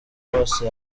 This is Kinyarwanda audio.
bose